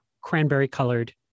cranberry-colored